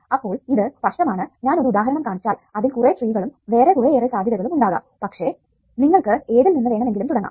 അപ്പോൾ ഇത് സ്പഷ്ടമാണ് ഞാൻ ഒരു ഉദാഹരണം കാണിച്ചാൽ അതിൽ കുറെ ട്രീകളും വേറെ കുറെയേറെ സാധ്യതകളും ഉണ്ടാകാം പക്ഷെ നിങ്ങൾക്ക് ഏതിൽനിന്ന് വേണമെങ്കിലും തുടങ്ങാം